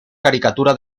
caricatura